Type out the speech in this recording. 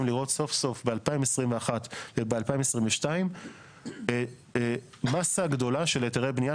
לראות סוף-סוף ב-2021 וב-2022 מסה גדולה של היתרי בנייה,